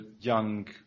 young